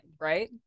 right